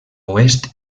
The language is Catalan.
oest